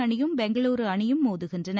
அணியும் பெங்களூர் அணியும் மோதுகின்றன